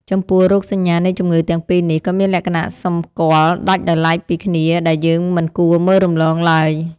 ចំពោះរោគសញ្ញានៃជំងឺទាំងពីរនេះ ក៏មានលក្ខណៈសម្គាល់ដាច់ដោយឡែកពីគ្នាដែលយើងមិនគួរមើលរំលងឡើយ។